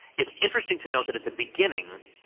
it's interesting to note that, at the beginning,